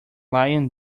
lion